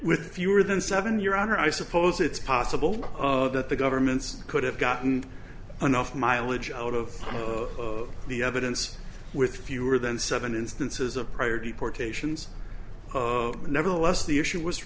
with fewer than seven your honor i suppose it's possible that the governments could have gotten enough mileage out of the evidence with fewer than seven instances of prior deportations nevertheless the issue was